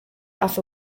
off